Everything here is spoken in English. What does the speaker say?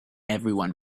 everyone